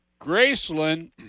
Graceland